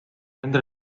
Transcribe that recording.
nendel